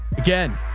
again,